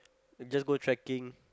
just go trekking